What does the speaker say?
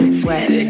sweat